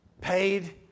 Paid